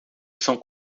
são